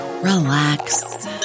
relax